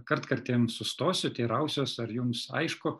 kartkartėm sustosiu teirausiuos ar jums aišku